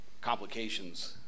complications